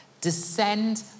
descend